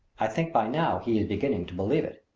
i think by now he is beginning to believe it.